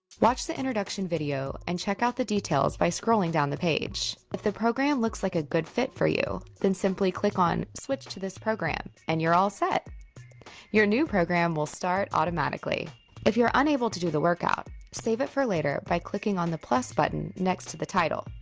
watch the introduction video and check out the details by scrolling down the page if the program looks like a good fit for you, then simply click on switch to this program and you're all set your new program will start automatically if you're unable to do the workout save it for later by clicking on the plus button next to the title.